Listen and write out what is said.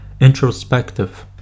introspective